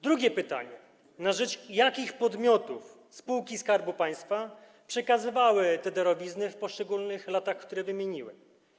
Drugie pytanie: Na rzecz jakich podmiotów spółki Skarbu Państwa przekazywały te darowizny w poszczególnych latach, które wymieniłem?